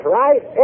right